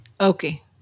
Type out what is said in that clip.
Okay